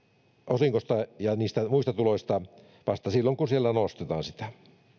osingosta ja niistä muista tuloista vasta silloin kun sieltä nostetaan sitä